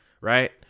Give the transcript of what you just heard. right